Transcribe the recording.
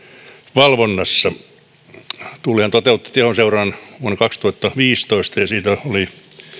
valvonnassa tullihan toteutti tehoseurannan vuonna kaksituhattaviisitoista ja sillä oli